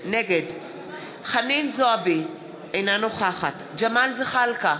נגד חנין זועבי, אינה נוכחת ג'מאל זחאלקה,